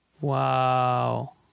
Wow